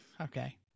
okay